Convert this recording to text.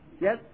Yes